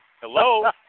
Hello